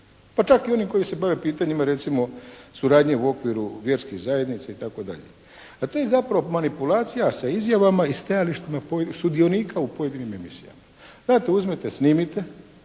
Pa čak i oni koji se bave pitanjima recimo suradnje u okviru vjerskih zajednica, itd. Pa to je zapravo manipulacija sa izjavama i stajalištima sudionika u pojedinim emisijama. Gledajte, uzmite, snimite